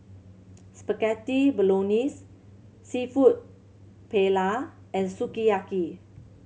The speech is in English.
Spaghetti Bolognese Seafood Paella and Sukiyaki